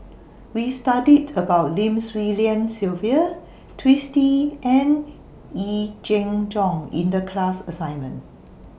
We studied about Lim Swee Lian Sylvia Twisstii and Yee Jenn Jong in The class assignment